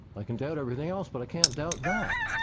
i can doubt everything else but i can't doubt that.